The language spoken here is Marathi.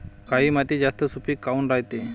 काळी माती जास्त सुपीक काऊन रायते?